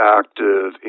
active